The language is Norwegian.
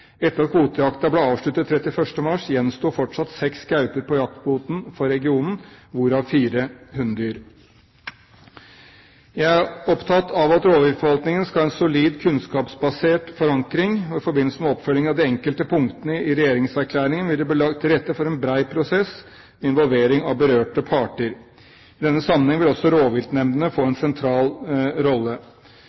Etter at kvotejakta ble avsluttet 31. mars, gjensto fortsatt seks gauper på jaktkvoten for regionen, hvorav fire hunndyr. Jeg er opptatt av at rovdyrforvaltningen skal ha en solid kunnskapsbasert forankring, og i forbindelse med oppfølgingen av de enkelte punktene i regjeringserklæringen vil det bli lagt til rette for en bred prosess med involvering av berørte parter. I denne sammenheng vil også rovviltnemndene få en sentral rolle.